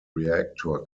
reactor